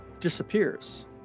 disappears